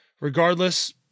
regardless –